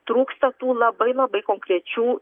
trūksta tų labai labai konkrečių